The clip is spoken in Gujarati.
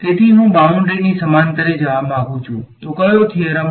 તેથી હું બાઉંડ્રી ની સમાંતરે જવા માંગુ છું તો કયો થીયરમ